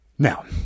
Now